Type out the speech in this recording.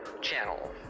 channel